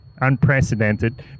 unprecedented